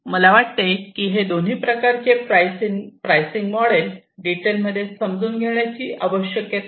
मला वाटते की हे दोन्ही प्रकारचे प्राईस इन मोडेल डिटेल मध्ये हे समजून घेण्याची आवश्यकता नाही